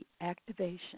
activation